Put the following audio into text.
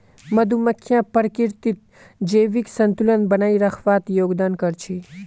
मधुमक्खियां प्रकृतित जैविक संतुलन बनइ रखवात योगदान कर छि